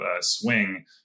swing